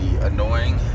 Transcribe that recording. annoying